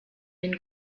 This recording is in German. den